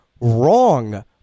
wrong